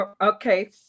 Okay